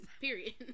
Period